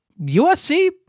USC